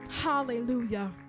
hallelujah